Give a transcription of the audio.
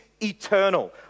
eternal